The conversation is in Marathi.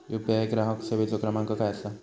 यू.पी.आय ग्राहक सेवेचो क्रमांक काय असा?